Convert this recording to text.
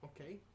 okay